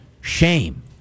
shame